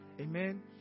Amen